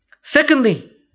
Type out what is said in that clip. Secondly